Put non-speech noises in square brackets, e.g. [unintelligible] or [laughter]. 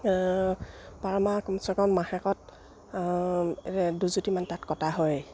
[unintelligible]